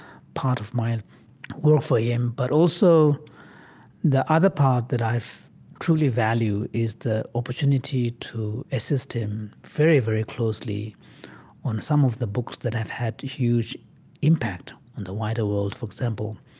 part of my work for him, but also the other part that i truly value is the opportunity to assist him very, very closely on some of the books that have had huge impact on the wider world, for example,